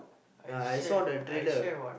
ya I saw the trailer